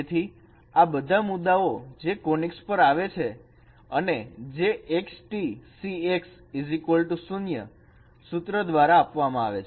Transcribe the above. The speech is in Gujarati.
તેથી આ બધા મુદ્દાઓ જે કોનીકસ પર આવે છે અને જે X T CX 0 સૂત્ર દ્વારા આપવામાં આવે છે